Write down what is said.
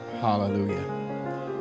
Hallelujah